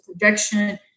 projection